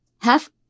half